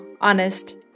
honest